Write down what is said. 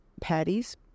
patties